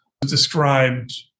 described